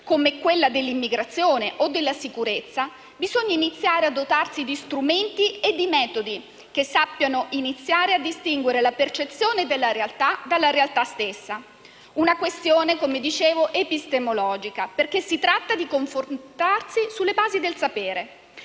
(come quella dell'immigrazione o della sicurezza), bisogna iniziare a dotarsi di strumenti e metodi, che sappiano iniziare a distinguere la percezione della realtà dalla realtà stessa; una questione - come dicevo - epistemologica, perché si tratta di confrontarsi con le basi del sapere.